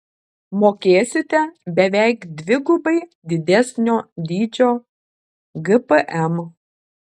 mokėsite beveik dvigubai didesnio dydžio gpm